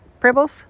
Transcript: Pribbles